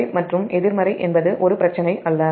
நேர்மறை மற்றும் எதிர்மறை என்பது ஒரு பிரச்சினை அல்ல